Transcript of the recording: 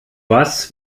was